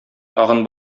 тагын